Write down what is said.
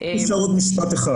עוד משפט אחד.